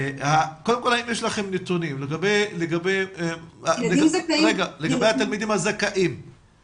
קודם כל אם יש לכם נתונים לגבי התלמידים הזכאים,